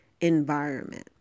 environment